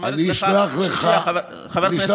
אני אשלח לך דוגמאות.